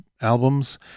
albums